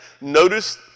Notice